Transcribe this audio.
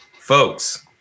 folks